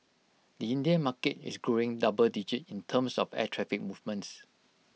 the Indian market is growing double digit in terms of air traffic movements